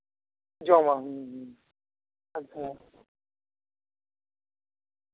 ᱡᱚᱢᱟᱢ ᱦᱩᱸ ᱦᱩᱸ ᱦᱩᱸ ᱦᱩᱸ ᱦᱩᱸ